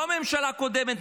לא הממשלה הקודמת,